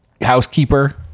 housekeeper